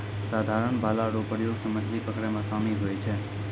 साधारण भाला रो प्रयोग से मछली पकड़ै मे आसानी हुवै छै